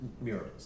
murals